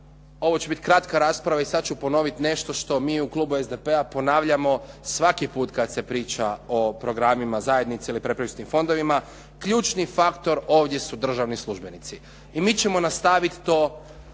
ovo će biti kratka rasprava i sad ću ponoviti nešto što mi u klubu SDP-a ponavljamo svaki put kad se priča o programima zajednice ili pretpristupnim fondovima, ključni faktor ovdje su državni službenici. I mi ćemo nastaviti to